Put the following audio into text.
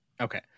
Okay